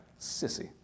sissy